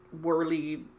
whirly